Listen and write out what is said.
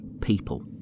people